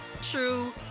true